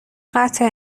قطع